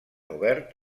obert